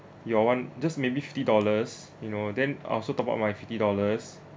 your one just maybe fifty dollars you know then I also top up mine my fifty dollars